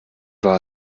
war